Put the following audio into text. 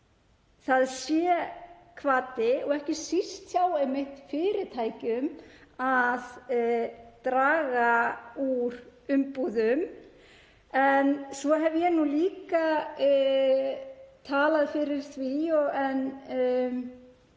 það sé hvati, og ekki síst hjá fyrirtækjum, til að draga úr umbúðum. Svo hef ég nú líka talað fyrir því, en